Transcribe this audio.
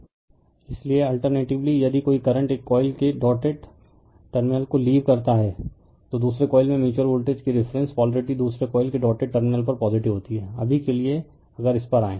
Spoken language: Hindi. रिफर स्लाइड टाइम 1140 इसलिए अल्टरनेटीवली यदि कोई करंट एक कॉइल के डॉटेड टर्मिनल को लीव करता है तो दूसरे कॉइल में म्यूच्यूअल वोल्टेज की रिफरेन्स पोलारिटी दूसरे कॉइल के डॉटेड टर्मिनल पर पॉजिटिव होती है अभी के लिए अगर इस पर आएं